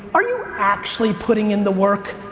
are you actually putting in the work?